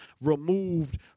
removed